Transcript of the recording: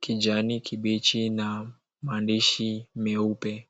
kijani kibichi na maandishi meupe.